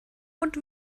und